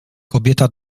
kobieta